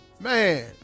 Man